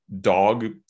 dog